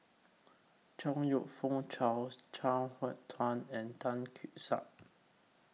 Chong YOU Fook Charles Chuang Hui Tsuan and Tan Keong Saik